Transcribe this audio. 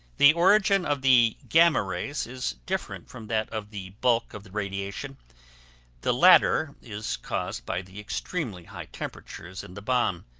the origin of the gamma rays is different from that of the bulk of the radiation the latter is caused by the extremely high temperatures in the bomb,